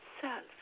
self